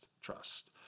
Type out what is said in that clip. trust